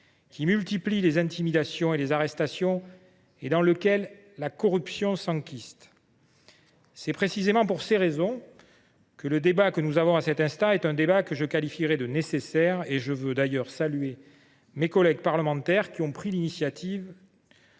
qui multiplie les intimidations et les arrestations et dans lequel la corruption s’enkyste. C’est précisément pour ces raisons que le débat que nous avons aujourd’hui me semble nécessaire. Je veux d’ailleurs saluer mes collègues parlementaires qui ont pris l’initiative